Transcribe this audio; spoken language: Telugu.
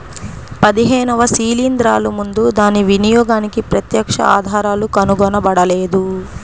పదిహేనవ శిలీంద్రాలు ముందు దాని వినియోగానికి ప్రత్యక్ష ఆధారాలు కనుగొనబడలేదు